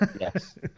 yes